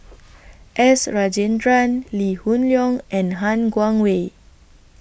S Rajendran Lee Hoon Leong and Han Guangwei